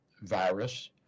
virus